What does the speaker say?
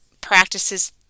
practices